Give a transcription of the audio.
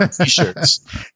t-shirts